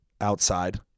outside